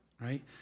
right